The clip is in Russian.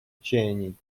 чаяний